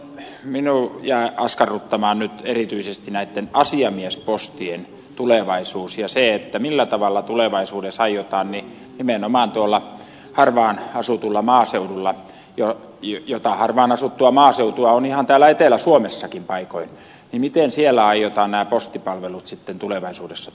minua jää askarruttamaan nyt erityisesti näitten asiamiespostien tulevaisuus ja se millä tavalla tulevaisuudessa aiotaan nimenomaan tuolla harvaanasutulla maaseudulla jota harvaanasuttua maaseutua on ihan täällä etelä suomessakin paikoin nämä postipalvelut sitten turvata